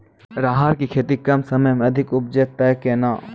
राहर की खेती कम समय मे अधिक उपजे तय केना?